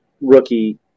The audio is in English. rookie